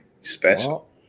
special